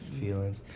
feelings